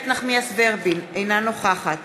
אינה נוכחת